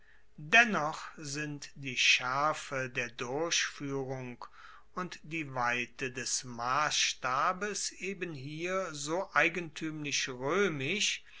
dennoch sind die schaerfe der durchfuehrung und die weite des massstabes eben hier so eigentuemlich roemisch